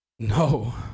No